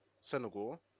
Senegal